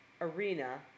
Arena